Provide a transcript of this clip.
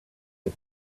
had